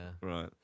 right